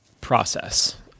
process